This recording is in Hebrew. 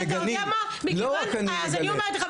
היו"ר מירב בן ארי (יו"ר ועדת ביטחון הפנים): אני אומרת לך,